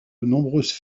nombreuses